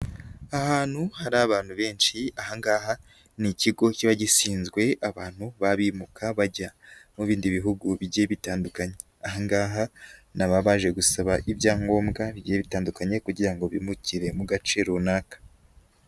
Ahantu hari abantu benshi aha ngaha ni ikigo kiba gishinzwe abantu baba bimuka bajya mu bindi bihugu bigiye bitandukanye, aha ngaha ni aba baje gusaba ibyangombwa bigiye bitandukanye kugira ngo bimukire mu gace runaka.